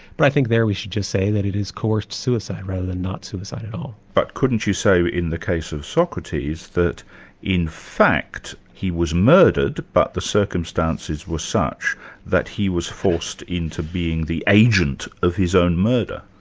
but i think there we should just say that it is coerced suicide rather than not suicide at all. but couldn't you say in the case of socrates that in fact he was murdered, but the circumstances were such that he was forced into being the agent of his own murder?